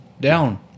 down